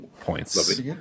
points